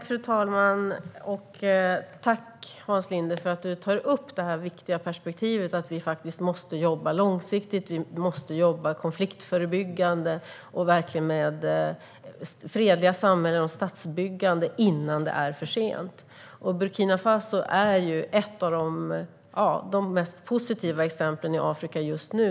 Fru talman! Tack, Hans Linde, för att du tar upp detta viktiga perspektiv - att vi måste jobba långsiktigt och att vi måste jobba konfliktförebyggande och med fredliga samhällen och statsbyggande innan det är för sent! Burkina Faso är ett av de mest positiva exemplen i Afrika just nu.